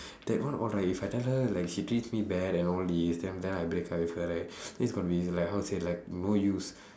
that one alright if I tell her like she treats me bad and all these then then I break up with her right then it's going to be like how to say like no use